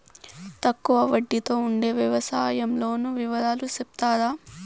తక్కువ వడ్డీ తో ఉండే వ్యవసాయం లోను వివరాలు సెప్తారా?